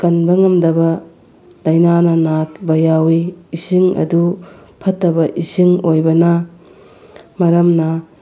ꯀꯟꯕ ꯉꯝꯗꯕ ꯂꯥꯏꯅꯥꯅ ꯅꯥꯕ ꯌꯥꯎꯋꯤ ꯏꯁꯤꯡ ꯑꯗꯨ ꯐꯠꯇꯕ ꯏꯁꯤꯡ ꯑꯣꯏꯕꯅ ꯃꯔꯝꯅ